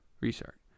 restart